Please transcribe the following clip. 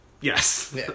Yes